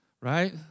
Right